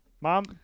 mom